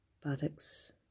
buttocks